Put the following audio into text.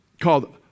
called